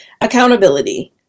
accountability